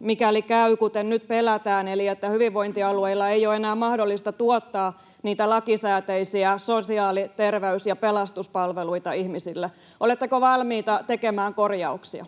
mikäli käy kuten nyt pelätään, että hyvinvointialueilla ei ole enää mahdollisuutta tuottaa niitä lakisääteisiä sosiaali-, terveys- ja pelastuspalveluita ihmisille? Oletteko valmiita tekemään korjauksia?